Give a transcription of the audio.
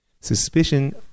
Suspicion